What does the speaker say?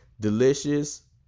delicious